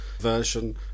version